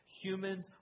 Humans